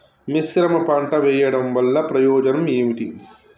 మిశ్రమ పంట వెయ్యడం వల్ల ప్రయోజనం ఏమిటి?